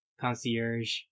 concierge